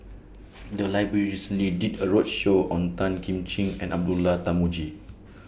The Library recently did A roadshow on Tan Kim Ching and Abdullah Tarmugi